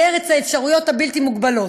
היא ארץ האפשרויות הבלתי-מוגבלות.